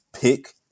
pick